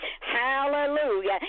Hallelujah